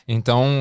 Então